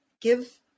give